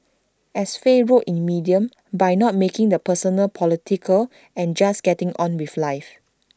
as Faye wrote in medium by not making the personal political and just getting on with life